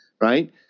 right